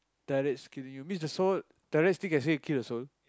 you mean the soul can still kill the soul